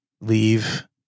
leave